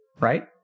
Right